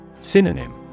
Synonym